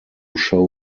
show